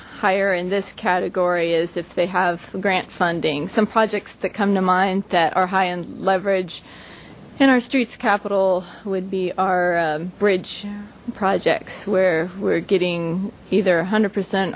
higher in this category is if they have grant funding some projects that come to mind that are high in leverage in our streets capital would be our bridge projects where we're getting either a hundred percent